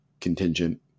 contingent